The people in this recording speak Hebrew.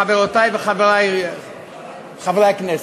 חברותי וחברי חברי הכנסת,